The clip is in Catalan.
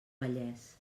vallès